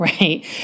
Right